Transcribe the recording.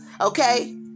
okay